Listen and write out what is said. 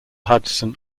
hudson